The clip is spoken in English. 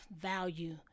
value